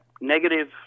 negative